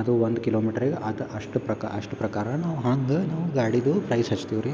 ಅದು ಒಂದು ಕಿಲೋಮೀಟ್ರಿಗೆ ಆತ ಅಷ್ಟು ಪ್ರಕ ಅಷ್ಟು ಪ್ರಕಾರನು ಹಾಂಗೆ ನಾವು ಗಾಡಿದು ಪ್ರೈಸ್ ಹಚ್ತೀವಿ ರೀ